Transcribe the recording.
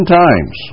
times